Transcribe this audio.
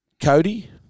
Cody